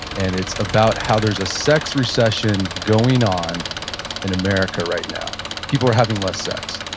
and it's about how there's a sex recession going on in america right now. people are having less sex.